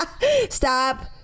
Stop